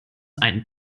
ein